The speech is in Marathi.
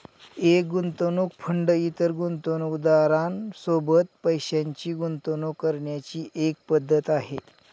एक गुंतवणूक फंड इतर गुंतवणूकदारां सोबत पैशाची गुंतवणूक करण्याची एक पद्धत आहे